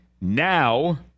now